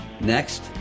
Next